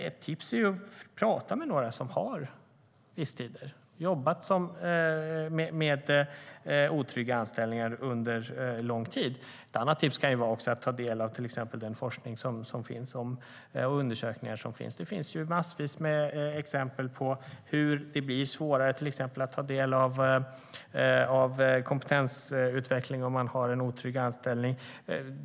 Ett tips är att tala med några som har visstider och som har jobbat med otrygga anställningar under lång tid. Ett annat tips kan vara att ta del av till exempel den forskning och de undersökningar som finns. Det finns massvis med exempel på att det blir svårare att ta del av till exempel kompetensutveckling om man har en otrygg anställning.